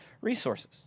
resources